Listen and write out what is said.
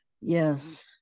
Yes